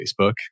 Facebook